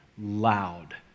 loud